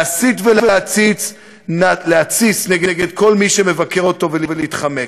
להסית ולהתסיס נגד כל מי שמבקר אותו ולהתחמק.